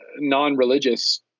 non-religious